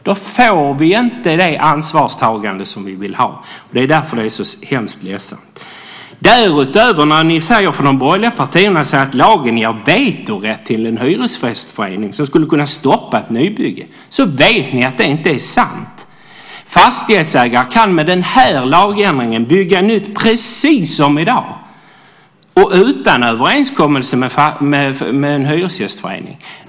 Då får vi inte det ansvarstagande som vi vill ha. Det är därför som det är så ledsamt. Därutöver säger ni från de borgerliga partierna att lagen ger vetorätt till en hyresgästförening som skulle kunna stoppa ett nybygge. Men ni vet att det inte är sant. Fastighetsägare kan med denna lagändring bygga nytt precis som i dag och utan överenskommelse med en hyresgästförening.